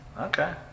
Okay